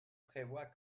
prévoit